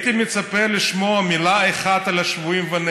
האחרים.